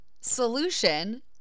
solution